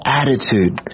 attitude